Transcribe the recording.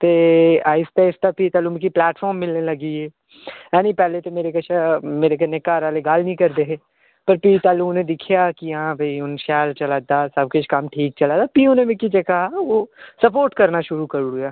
ते आहिस्ता आहिस्ता प्ही तैह्लू मिक्की प्लैटफॉर्म मिलने लगी ऐ है निं पैह्ले ते मेरे कशा मेरे कन्नै घर आह्ले गल्ल निं करदे हे पर भी तैह्लूं उ'नें दिक्खेआ कि हां भाई हून शैल चला दा सब किश कम्म ठीक चला दा ते प्ही उ'नें मिक्की जेह्का स्पोर्ट करना शुरू करी ओड़ेआ